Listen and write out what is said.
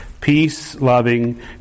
Peace-loving